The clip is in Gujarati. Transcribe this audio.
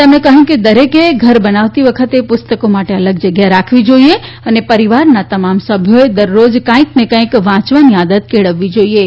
તેમણે કહ્યું કે દરેક ઘર બનાવવી વખતે પુસ્તકો માટે અલગ જગ્યા રાખવી જોઈએ તથા પરિવારનાં તમામ સભ્યોએ દરરોજ કંઈક ને કંઈક વાંચવાની આદત કેળવવી જોઈએ